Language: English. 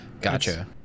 Gotcha